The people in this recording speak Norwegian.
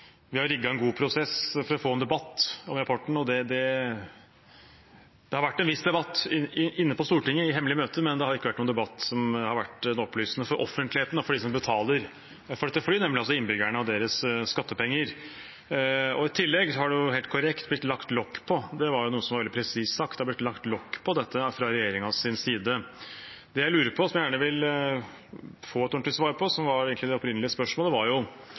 rapporten. Det har vært en viss debatt inne på Stortinget i hemmelige møter, men det har ikke vært noen debatt som har vært opplysende for offentligheten og for dem som betaler for dette, nemlig innbyggerne og deres skattepenger. I tillegg er det helt korrekt – det er noe som ble veldig presist sagt – lagt lokk på dette fra regjeringens side. Det jeg lurer på, som jeg gjerne vil få et ordentlig svar på – og som egentlig var det opprinnelige spørsmålet